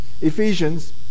Ephesians